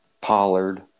Pollard